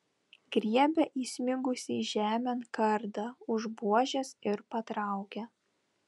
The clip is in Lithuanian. griebia įsmigusį žemėn kardą už buožės ir patraukia